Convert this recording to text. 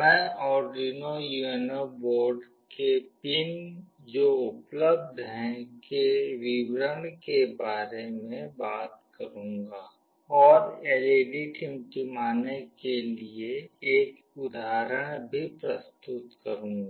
मैं Arduino UNO board के pin जो उपलब्ध हैं के विवरण के बारे में बात करूँगी और एलईडी टिमटिमाने के लिए एक उदाहरण भी प्रस्तुत करुँगी